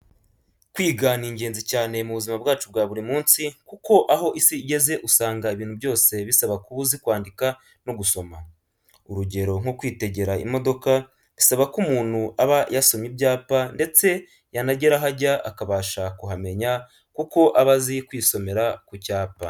Kwiga ni ingenzi cyane mu buzima bwacu bwa buri munsi kuko aho isi igeze usanga ibintu byose bisaba kuba uzi kwandika no gusoma, urugero nko kwitegera imodoka bisaba ko umuntu aba yasomye ibyapa ndetse yanagera aho ajya akabasha kuhamenya kuko aba azi kwisomera ku cyapa.